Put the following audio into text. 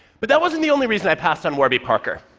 but that wasn't the only reason i passed on warby parker.